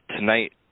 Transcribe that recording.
Tonight